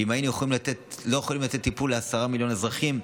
ואם לא היינו יכולים לתת טיפול לעשרה מיליון אזרחים,